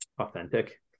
authentic